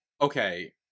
okay